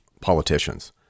politicians